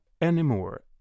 anymore